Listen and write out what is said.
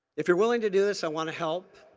if you're willing to do this i want to help.